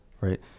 right